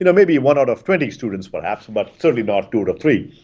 you know maybe one out of twenty students perhaps, but certainly not two out of three.